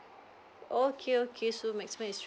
okay okay so maximum is